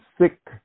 sick